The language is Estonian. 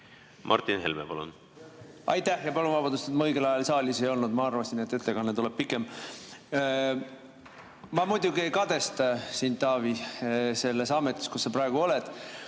langetada? Aitäh! Ja palun vabandust, et ma õigel ajal saalis ei olnud, ma arvasin, et ettekanne tuleb pikem. Ma muidugi ei kadesta sind, Taavi, selles ametis, kus sa praegu oled.